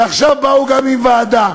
ועכשיו באו גם עם ועדה.